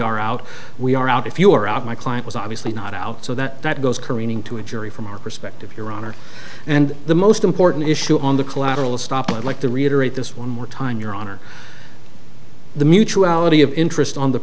are out we are out if you are out my client was obviously not out so that that goes careening to a jury from our perspective your honor and the most important issue on the collateral estoppel i'd like to reiterate this one more time your honor the mutuality of interest on the